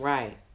Right